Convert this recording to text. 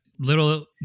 little